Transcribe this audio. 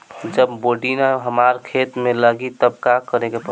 जब बोडिन हमारा खेत मे लागी तब का करे परी?